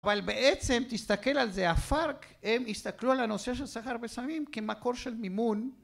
אבל בעצם תסתכל על זה, הפארק הם הסתכלו על הנושא של סחר בסמים כמקור של מימון